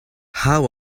how